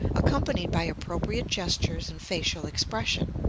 accompanied by appropriate gestures and facial expression.